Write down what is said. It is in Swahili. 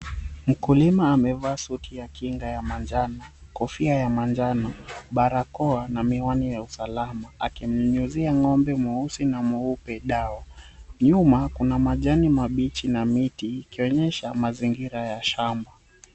Mkulima amevaa suti ya kinga ya manjano, kofia ya manjano, barakoa na miwani ya usalama, akimnyunyizia ng'ombe mweusi na mweupe dawa. Nyuma kuna majani mabichi na miti ikionyesha mazingira ya shamba.